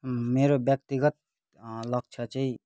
मेरो व्यक्तिगत लक्ष्य चाहिँ